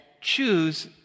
choose